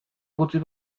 gutxi